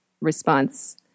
response